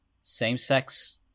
same-sex